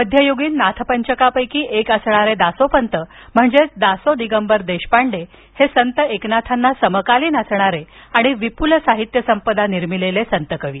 मध्यय्गीन नाथपंचकांपैकी एक असणारे दासोपंत म्हणजे दासो दिगंबर देशपांडे हे संत एकनाथांना समकालीन असणारे आणि विपुल साहित्य संपदा निर्मिलेले संतकवी